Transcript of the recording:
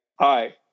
hi